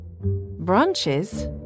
Branches